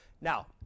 Now